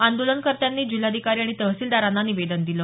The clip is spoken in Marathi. आंदोलनकर्त्यांनी जिल्हाधिकारी आणि तहसिलदारांना निवेदन दिलं